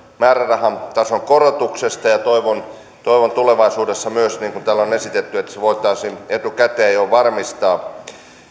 määrärahan tason korotuksesta ja toivon toivon tulevaisuudessa myös niin kuin täällä on esitetty että se voitaisiin etukäteen jo varmistaa